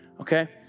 Okay